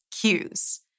cues